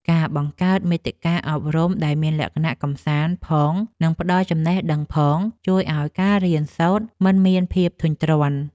ការបង្កើតមាតិកាអប់រំដែលមានលក្ខណៈកម្សាន្តផងនិងផ្តល់ចំណេះដឹងផង ជួយឱ្យការរៀនសូត្រមិនមានភាពធុញទ្រាន់។